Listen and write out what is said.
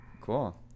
cool